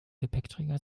gepäckträger